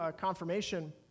confirmation